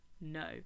No